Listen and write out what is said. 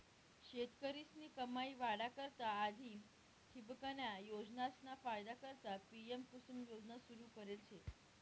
शेतकरीस्नी कमाई वाढा करता आधी ठिबकन्या योजनासना फायदा करता पी.एम.कुसुम योजना सुरू करेल शे